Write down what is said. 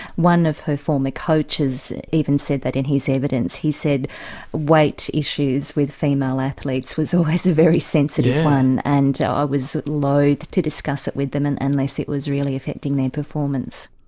one of her former coaches even said that in his evidence, he said weight issues with female athletes was always a very sensitive one and i was loathe to discuss it with them and unless it was really affecting their performance.